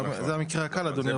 זה המקרה הקל, אדוני.